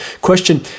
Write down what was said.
Question